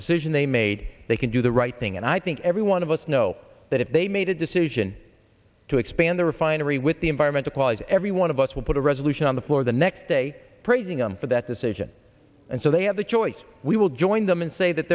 decision they made they can do the right thing and i think every one of us know that if they made a decision to expand the refinery with the environment applies every one of us will put a resolution on the floor the next day praising him for that decision and so they have the choice we will join them and say that